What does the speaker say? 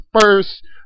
first